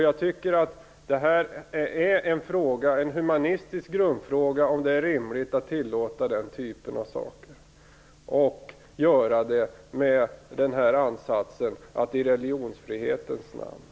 Jag tycker att det är en humanistisk grundfråga om det är rimligt att tillåta den typen av saker och göra det i religionsfrihetens namn.